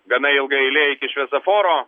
gana ilga eilė iki šviesoforo